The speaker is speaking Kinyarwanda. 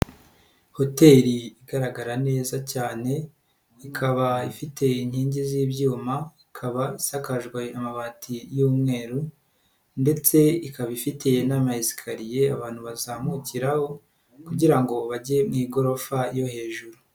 Hoteli igaragara neza cyane, ikaba ifite inkingi z'ibyuma, ikaba isakajwe amabati y'umweru ndetse ikaba ifite n'amayesikariye abantu bazamukiraho kugira ngo bajye mu igorofa yo hejuru.